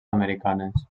americanes